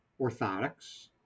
orthotics